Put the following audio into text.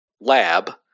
lab